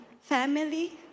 family